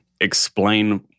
Explain